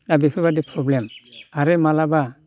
दा बेफोरबायदि प्रब्लेम आरो माब्लाबा